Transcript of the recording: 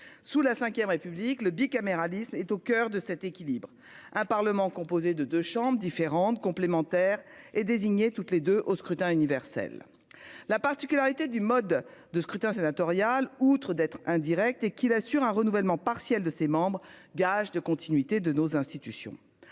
sous la Ve République, le bicaméralisme est au coeur de cet équilibre un parlement composé de 2 chambres différentes, complémentaires et désigné toutes les deux au scrutin universel. La particularité du mode de scrutin sénatorial. Outre d'être indirect et qu'il assure un renouvellement partiel de ses membres, gage de continuité de nos institutions.